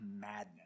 madness